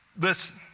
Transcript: listen